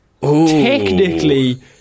technically